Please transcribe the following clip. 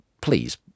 please